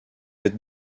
êtes